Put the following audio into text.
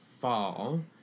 fall